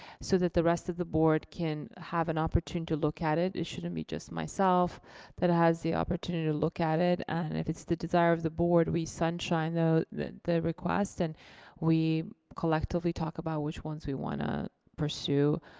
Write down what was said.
so that the rest of the board can have an opportunity to look at it. it shouldn't just myself that has the opportunity to look at it. and if it's the desire of the board we sunshine the the requests and we collectively talk about which ones we want to pursue.